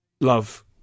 love